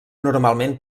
normalment